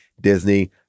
Disney